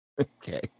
Okay